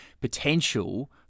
potential